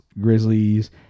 Grizzlies